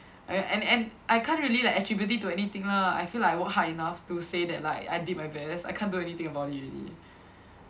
and and I can't really like attribute it to anything lah I feel like I work hard enough to say that like I did my best I can't do anything about it already